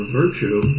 virtue